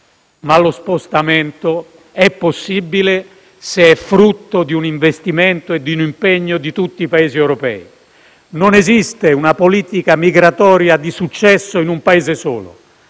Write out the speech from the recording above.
Ma lo spostamento è possibile se è frutto di un investimento e di un impegno di tutti i Paesi europei. Non esiste una politica migratoria di successo in un Paese solo.